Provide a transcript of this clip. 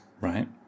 right